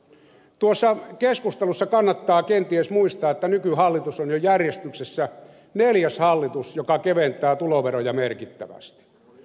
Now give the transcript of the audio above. tuossa keskustelussa kannattaa kenties muistaa että nykyhallitus on jo järjestyksessä neljäs hallitus joka keventää tuloveroja merkittävästi